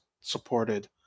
supported